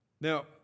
Now